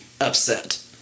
upset